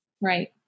right